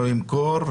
לא ימכור,